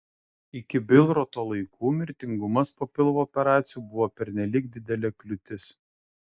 iki bilroto laikų mirtingumas po pilvo operacijų buvo pernelyg didelė kliūtis